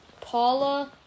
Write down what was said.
Paula